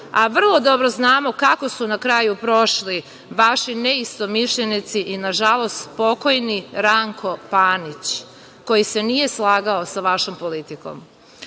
a vrlo dobro znamo kako su na kraju prošli vaši neistomišljenici i nažalost pokojni Ranko Panić, koji se nije slagao sa vašom politikom. Srbija